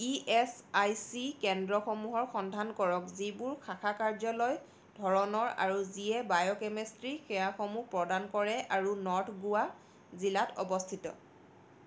ESIC কেন্দ্ৰসমূহৰ সন্ধান কৰক যিবোৰ শাখা কাৰ্যালয় ধৰণৰ আৰু যিয়ে বায়'কেমেষ্ট্ৰী সেৱাসমূহ প্ৰদান কৰে আৰু নৰ্থ গোৱা জিলাত অৱস্থিত